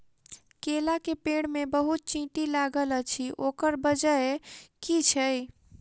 केला केँ पेड़ मे बहुत चींटी लागल अछि, ओकर बजय की छै?